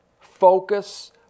Focus